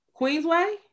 Queensway